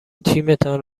تیمتان